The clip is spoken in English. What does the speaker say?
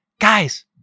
guys